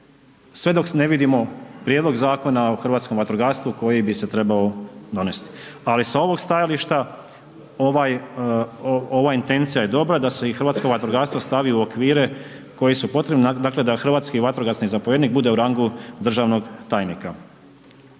sve dok ne vidimo prijedlog Zakona o hrvatskom vatrogastvu koji bi se trebao donesti. Ali, sa ovog stajališta, ova intencija je dobra da se i hrvatsko vatrogastvo stavi u okvire koji su potrebni, dakle da hrvatski vatrogasni zapovjednik bude u rangu državnog tajnika.